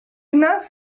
nas